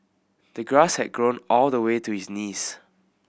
the grass had grown all the way to his knees